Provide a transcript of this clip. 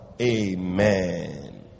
Amen